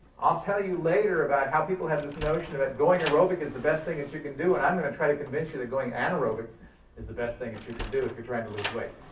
i'll tell you later about how people have this notion about going aerobic is the best thing that you can do and i'm going to try to convince you that going anaerobic is the best thing that you could do if you're trying to lose weight.